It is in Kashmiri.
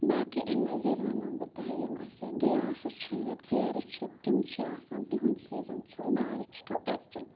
باقٕے اَمہِ مٔزیٖد وَنو بہٕ تۄہہِ یِم اَسہِ گِلاسہٕ چھِ ژیرٕ چھِ تِم چھِ آسان تِہُنٛد سیٖزَن چھُ مارٕچ ٹُو اٮ۪پرِل